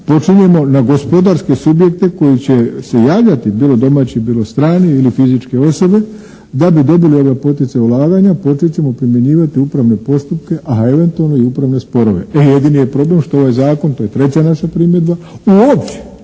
počinjeno na gospodarske subjekte koji će se javljati bilo domaći bilo strani ili fizičke osobe da bi dobili poticaj ulaganja. Počet ćemo primjenjivati upravne postupke, a eventualno i upravne sporove. E jedini je problem što ovaj zakon, to je treća naša primjedba u uopće